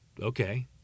Okay